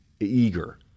eager